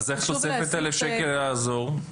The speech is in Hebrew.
אז תוספת 1,000 שקל תעזור?